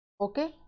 okay